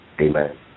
amen